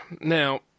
Now